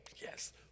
yes